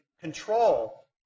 control